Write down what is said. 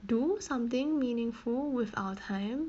do something meaningful with our time